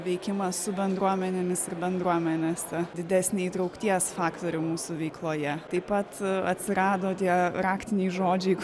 veikimą su bendruomenėmis ir bendruomenėse didesnį įtraukties faktorių mūsų veikloje taip pat atsirado tie raktiniai žodžiai